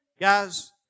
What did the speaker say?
guys